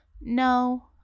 No